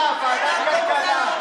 לוועדת הכלכלה או ועדת הכנסת.